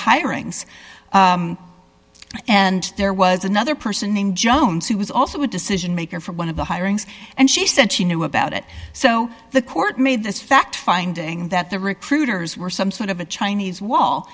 hirings and there was another person named jones who was also a decision maker for one of the hirings and she said she knew about it so the court made this fact finding that the recruiters were some sort of a chinese wall